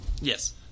Yes